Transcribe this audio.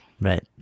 Right